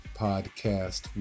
podcast